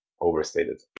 overstated